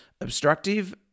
obstructive